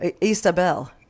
Isabel